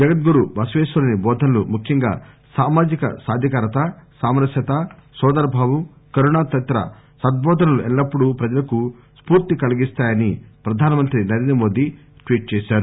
జగద్గురు బసవేశ్వరుని బోధనలు ముఖ్యంగా సామాజిక సాధికారత సామరస్యత సోదరభావం కరుణ తదితర సద్బోదనలు ఎల్లప్పుడు ప్రజలకు స్పూర్తికలిగిస్తాయని ప్రధానమంత్రి నరేంద్ర మోదీ ట్వీట్ చేశారు